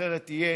אחרת יהיה